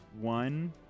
one